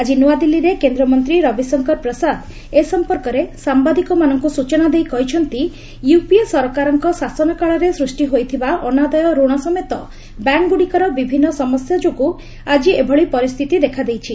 ଆଜି ନ୍ତଆଦିଲ୍ଲୀରେ କେନ୍ଦ୍ରମନ୍ତ୍ରୀ ରବିଶଙ୍କର ପ୍ରସାଦ ଏ ସମ୍ପର୍କରେ ସାମ୍ବାଦିକମାନଙ୍କୁ ସୂଚନା ଦେଇ କହିଛନ୍ତି ୟୁପିଏ ସରକାରଙ୍କ ଶାସନକାଳରେ ସୃଷ୍ଟି ହୋଇଥିବା ଅନାଦାୟ ରଣ ସମେତ ବ୍ୟାଙ୍କ୍ଗୁଡ଼ିକର ବିଭିନ୍ନ ସମସ୍ୟା ଯୋଗୁଁ ଆକି ଏଭଳି ପରିସ୍ଥିତି ଦେଖାଦେଇଛି